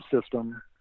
system